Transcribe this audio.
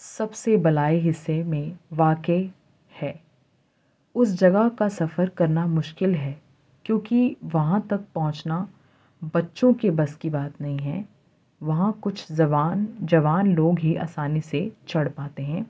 سب سے بلائی حصے میں واقع ہے اس جگہ کا سفر کرنا مشکل ہے کیونکہ وہاں تک پہنچنا بچوں کے بس کی بات نہیں ہے وہاں کچھ جوان لوگ ہی آسانی سے چڑھ پاتے ہیں